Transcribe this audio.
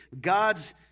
God's